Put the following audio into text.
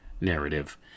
narrative